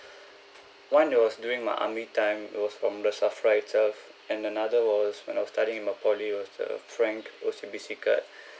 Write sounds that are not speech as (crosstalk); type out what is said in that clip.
(breath) one that was during my army time it was from the SAFRA itself and another was when I was studying in my poly was the frank O_C_B_C card (breath)